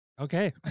Okay